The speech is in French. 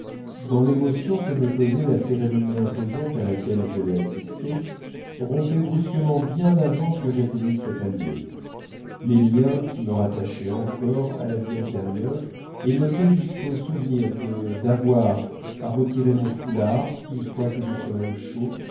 dans l'émotion que me causait la cérémonie imposante à laquelle j'allais assister rompait brusquement bien avant que j'atteignisse le palier les liens qui me rattachaient encore à la vie antérieure et m'ôtaient jusqu'au souvenir d'avoir à retirer mon foulard une fois que je serais au chaud